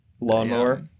lawnmower